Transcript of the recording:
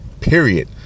period